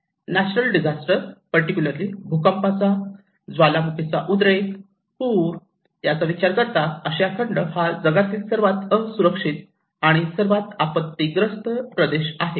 natural disaster particularly भूकंपाचा ज्वालामुखीचा उद्रेक पूर याचा विचार करता आशिया खंड हा जगातील सर्वात असुरक्षित आणि सर्वात आपत्तीग्रस्त प्रदेश आहे